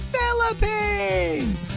Philippines